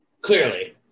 Clearly